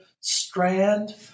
strand